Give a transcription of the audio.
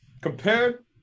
compared